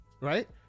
right